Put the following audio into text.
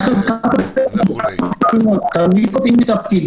--- לא שומעים אותך.